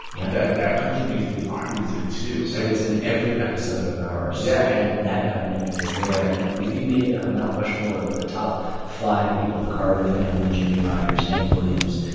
yeah. that country music is our music, too so it's in every episode of ours yeah and that dynamic is there. and if you made a mount rushmore of the top five people the carter family, jimmie rodgers, hank williams,